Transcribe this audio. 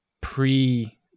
pre